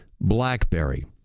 BlackBerry